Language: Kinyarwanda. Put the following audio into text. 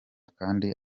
kandi